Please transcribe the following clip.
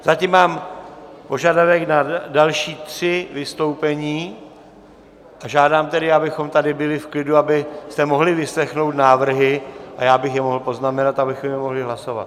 Zatím mám požadavek na další tři vystoupení, a žádám tedy, abychom tady byli v klidu, abyste mohli vyslechnout návrhy a já bych je mohl poznamenat, abychom je mohli hlasovat.